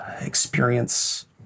experience